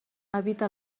evita